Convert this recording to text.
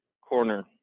corner